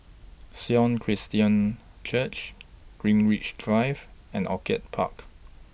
Sion Christian Church Greenwich Drive and Orchid Park